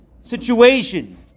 situation